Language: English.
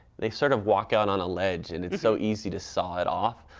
they sort of walk out on a ledge and it is so easy to saw it off.